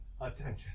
attention